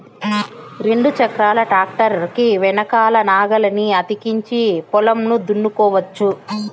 రెండు చక్రాల ట్రాక్టర్ కి వెనకల నాగలిని అతికించి పొలంను దున్నుకోవచ్చు